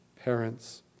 parents